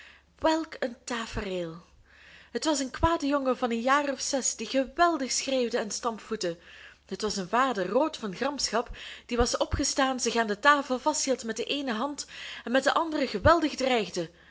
welk een tafereel het was een kwade jongen van een jaar of zes die geweldig schreeuwde en stampvoette het was een vader rood van gramschap die was opgestaan zich aan de tafel vasthield met de eene hand en met de andere geweldig dreigde